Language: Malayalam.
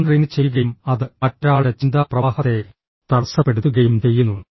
ഫോൺ റിംഗ് ചെയ്യുകയും അത് മറ്റൊരാളുടെ ചിന്താ പ്രവാഹത്തെ തടസ്സപ്പെടുത്തുകയും ചെയ്യുന്നു